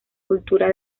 cultura